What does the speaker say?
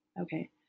Okay